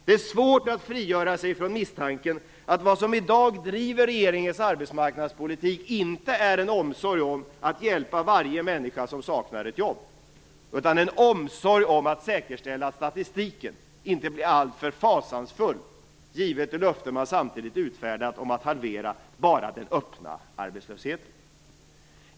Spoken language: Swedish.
Det är svårt att frigöra sig från misstanken att vad som i dag driver regeringens arbetsmarknadspolitik inte är en omsorg om att hjälpa varje människa som saknar ett jobb, utan en omsorg om att säkerställa att statistiken inte blir alltför fasansfull givet det löfte man samtidigt utfärdat om att halvera bara den öppna arbetslösheten.